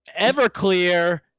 Everclear